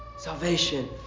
Salvation